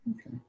okay